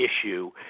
issue